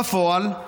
בפועל,